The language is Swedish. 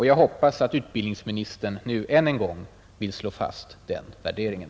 Jag hoppas att utbildningsministern nu än en gång vill slå fast den värderingen.